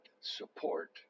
support